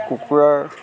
কুকুৰাৰ